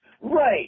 Right